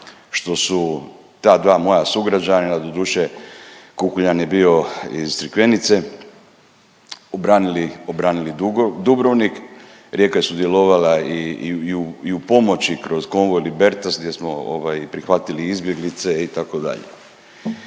što su ta dva moja sugrađanina, doduše, Kukuljan je bio iz Crikvenice, obranili Dubrovnik, Rijeka je sudjelovala i u pomoći kroz konvoj Libertas, gdje smo ovaj, prihvatili izbjeglice, itd.